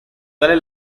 dale